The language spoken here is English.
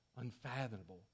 unfathomable